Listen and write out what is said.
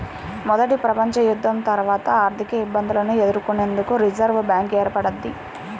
మొదటి ప్రపంచయుద్ధం తర్వాత ఆర్థికఇబ్బందులను ఎదుర్కొనేందుకు రిజర్వ్ బ్యాంక్ ఏర్పడ్డది